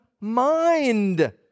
mind